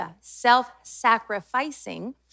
self-sacrificing